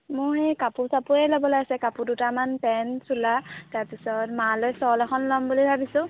মই এই কাপোৰ চাপোৰে ল'বলৈ আছে কাপোৰ দুটামান পেণ্ট চোলা তাৰপিছত মালৈ শ্বল এখন লম বুলি ভাবিছোঁ